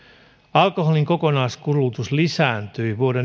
alkoholin kokonaiskulutus lisääntyi vuoden